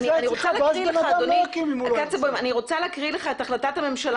אני רוצה להקריא לך את החלטת הממשלה